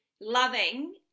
loving